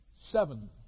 seven